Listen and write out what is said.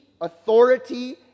authority